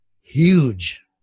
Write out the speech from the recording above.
Huge